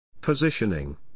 Positioning